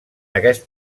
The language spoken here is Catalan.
aquest